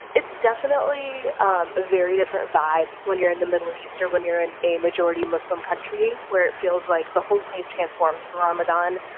it's definitely um a very different vibe when you're in the middle east or when you're in a majority-muslim country where it feels like the whole place transforms for ramadan.